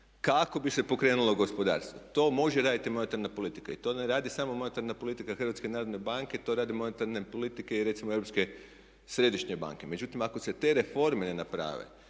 kako bi se pokrenulo gospodarstvo. To može raditi i monetarna politika i to ne radi samo monetarna politika HNB-a to radi monetarna politika i recimo Europske središnje banke. Međutim, ako se te reforme ne naprave